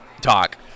talk